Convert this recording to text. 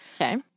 Okay